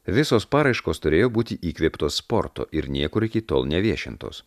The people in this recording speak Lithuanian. visos paraiškos turėjo būti įkvėptos sporto ir niekur iki tol neviešintos